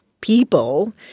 people